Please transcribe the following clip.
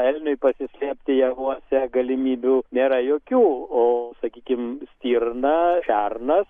elniui pasislėpti javuose galimybių nėra jokių o sakykim stirna šernas